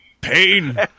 pain